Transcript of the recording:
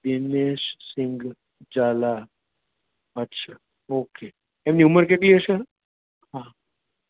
દિનેશસિંગ ઝાલા અચ્છા ઓકે એમની ઉમર કેટલી હશે હા